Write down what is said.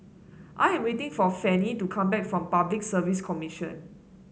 I am waiting for Fannye to come back from Public Service Commission